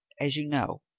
as you know,